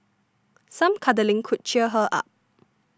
some cuddling could cheer her up